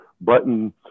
button